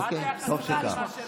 טוב שכך.